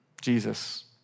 Jesus